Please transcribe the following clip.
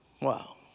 wow